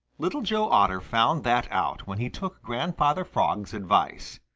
little joe otter found that out when he took grandfather frog's advice.